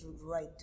right